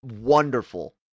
wonderful